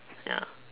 ya